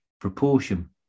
proportion